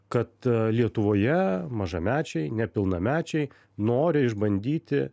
kad lietuvoje mažamečiai nepilnamečiai nori išbandyti